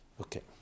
Okay